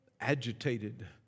agitated